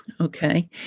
Okay